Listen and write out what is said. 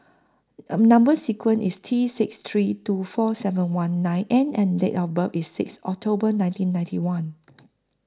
Number sequence IS T six three two four seven one nine N and Date of birth IS six October nineteen ninety one